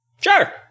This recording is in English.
Sure